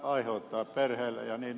kun muutosturvaa ei ole